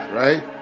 right